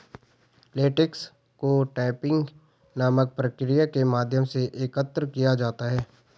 latex को tapping नामक प्रक्रिया के माध्यम से एकत्र किया जाता है